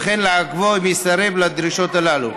וכן לעכבו אם יסרב לדרישות הללו,